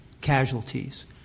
casualties